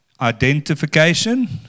identification